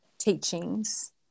teachings